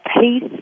peace